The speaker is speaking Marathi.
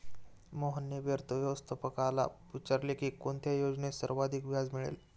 मोहनने व्यवस्थापकाला विचारले की कोणत्या योजनेत सर्वाधिक व्याज मिळेल?